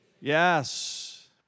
Yes